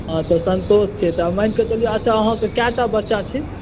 हाँ तऽ सन्तोष छै तऽ मानिके चलु अच्छा अहाँके कयटा बच्चा छै